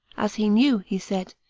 as he knew, he said,